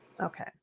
Okay